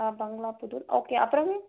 ஆ Bangala Pudur okay அப்பறங்க